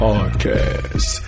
Podcast